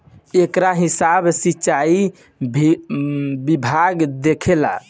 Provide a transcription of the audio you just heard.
एकर हिसाब सिंचाई विभाग देखेला